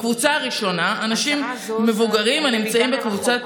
בקבוצה הראשונה אנשי מבוגרים הנמצאים בקבוצת